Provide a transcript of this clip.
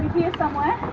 here somewhere.